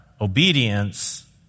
obedience